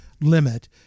limit